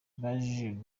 baje